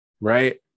right